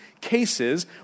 cases